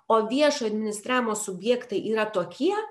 o viešo administravimo subjektai yra tokie